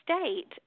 State